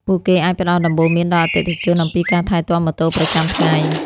ពួកគេអាចផ្តល់ដំបូន្មានដល់អតិថិជនអំពីការថែទាំម៉ូតូប្រចាំថ្ងៃ។